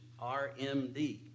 RMD